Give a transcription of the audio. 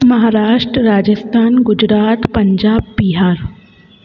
Maharashtra Rajasthan Gujarat Punjab Bihar